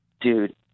dude